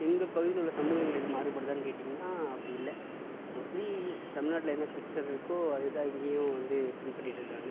எங்கள் பகுதியில் உள்ள சமூகங்கள் எதுவும் மாறுபடுதான்னு கேட்டீங்கன்னா அப்படி இல்லை மோஸ்ட்லி தமிழ்நாட்டில் என்ன கல்ச்சர் இருக்கோ அதுதான் இங்கேயும் வந்து பின்பற்றிகிட்டு இருக்காங்க